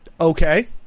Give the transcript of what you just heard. Okay